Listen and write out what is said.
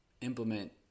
implement